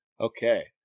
Okay